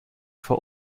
vor